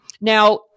now